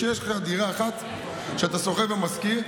אם יש לך דירה אחת ואתה שוכר ומשכיר,